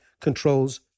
controls